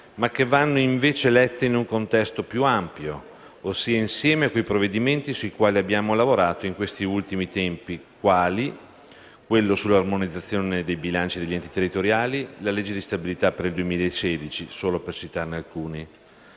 ma che vanno invece lette in un contesto più ampio, ossia insieme a quei provvedimenti sui quali abbiamo lavorato in questi ultimi tempi quali, solo per citarne alcuni, quello sull'armonizzazione dei bilanci degli enti territoriali e la legge di stabilità per il 2016. Nel provvedimento